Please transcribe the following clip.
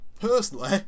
personally